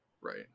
right